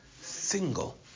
single